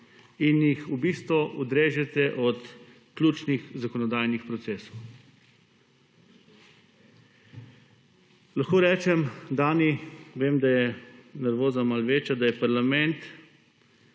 in jih v bistvu odrežete od ključnih zakonodajnih procesov. Lahko rečem Dani vem, da je nervoza malo večja, da je parlament,